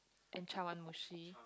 and chawanmushi